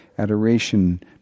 adoration